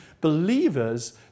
believers